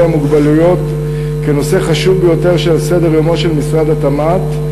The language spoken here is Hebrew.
המוגבלויות נושא חשוב ביותר שעל סדר-יומו של משרד התמ"ת,